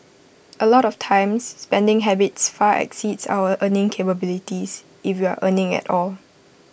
A lot of times spending habits far exceeds our earning capabilities if we're earning at all